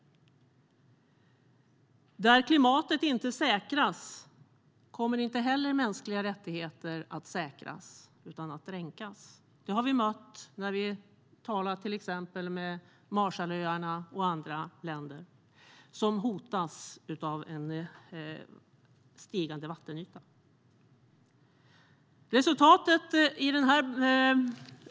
Där klimatet inte säkras kommer inte heller mänskliga rättigheter att säkras, utan dränkas. Det har vi mött när vi talar till exempel med Marshallöarna och andra länder som hotas av en stigande vattenyta.